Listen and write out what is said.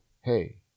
hey